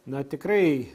na tikrai